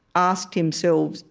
asked himself,